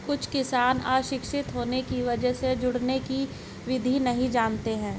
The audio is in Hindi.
कुछ किसान अशिक्षित होने की वजह से जोड़ने की विधि नहीं जानते हैं